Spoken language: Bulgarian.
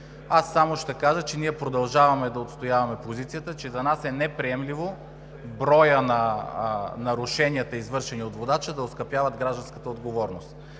Само ще кажа, че продължаваме да отстояваме позицията, че за нас е неприемливо броят на нарушенията, извършени от водача, да оскъпяват гражданската отговорност.